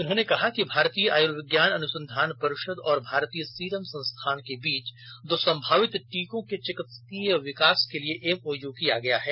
उन्होंने कहा कि भारतीय आयुर्विज्ञान अनुसंधान परिषद और भारतीय सीरम संस्थान के बीच दो संभावित टीकों के चिकित्सकीय विकास के लिए एमओयू किया गया है